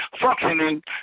functioning